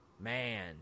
Man